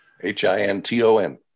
H-I-N-T-O-N